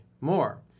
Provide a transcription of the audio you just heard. more